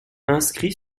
inscrit